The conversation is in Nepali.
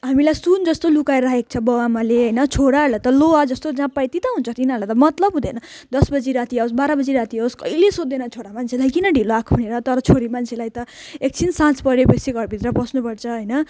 हामीलाई सुन जस्तो लुकाएर राखेको छ बाबुआमाले होइन छोराहरूलाई त लुगा जस्तो जहाँ पायो त्यहीँ त हुन्छ तिनीहरूलाई त मतलब हुँदैन दस बजी राति आओस् बाह्र बजी आओस् कहिल्यै सोध्दैन छोरा मान्छेलाई किन ढिलो आएको भनेर तर छोरी मान्छेलाई त एकछिन साँझ परेपछि घरभित्र पस्नुपर्छ होइन